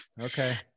Okay